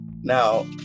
Now